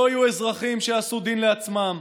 לא יהיו אזרחים שיעשו דין לעצמם.